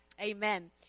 Amen